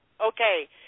Okay